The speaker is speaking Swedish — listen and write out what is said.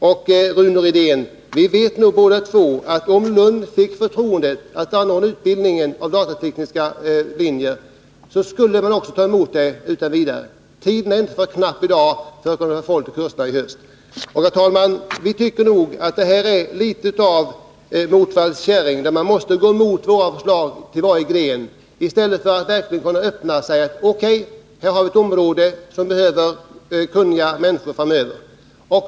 Både Rune Rydén och jag vet nog, att om Lund fick 81 förtroendet att ta hand om denna utbildning på datatekniska linjer, så skulle man kunna klara detta utan vidare. Tiden är ännu inte för knapp för att man skall hinna få deltagare till kurserna i höst. Herr talman! Vi tycker nog att man uppträder som något av motvalls käring när man anser sig böra gå emot våra förslag på gren efter gren i stället för att öppet säga sig att det gäller ett område där det behövs kunniga människor framöver.